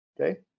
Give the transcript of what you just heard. Okay